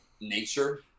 nature